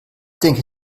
denke